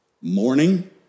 Morning